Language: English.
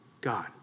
God